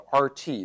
RT